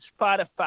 Spotify